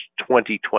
2020